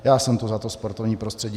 Já jsem tu za to sportovní prostředí.